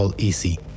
easy